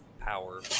power